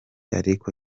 ariko